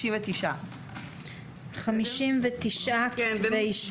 2021 59. 59 כתבי אישום.